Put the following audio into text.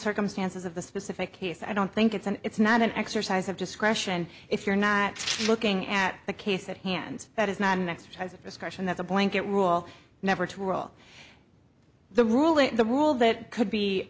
circumstances of the specific case i don't think it's an it's not an exercise of discretion if you're not looking at the case at hand that is not an exercise of discretion that's a blanket rule never to roll the rule that the rule that could be